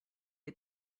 had